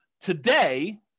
Today